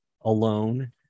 alone